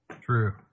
True